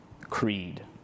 Creed